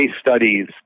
studies